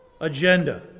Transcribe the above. agenda